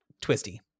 twisty